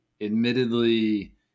admittedly